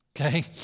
Okay